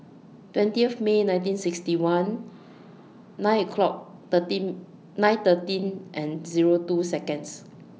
twentieth May nineteen sixty one nine o'clock thirteen nine thirteen and Zero two Seconds